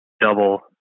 double